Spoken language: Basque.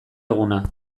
eguna